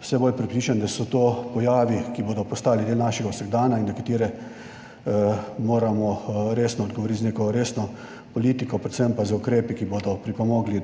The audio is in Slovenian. vse bolj prepričan, da so to pojavi, ki bodo postali del našega vsakdana in na katere moramo resno odgovoriti z neko resno politiko, predvsem pa z ukrepi, ki bodo pripomogli